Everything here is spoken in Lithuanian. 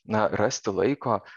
na rasti laiko